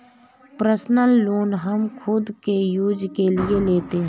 personal loan हम खुद के यूज के लिए लेते है